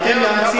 אתם,